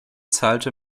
zahlte